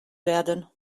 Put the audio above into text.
werden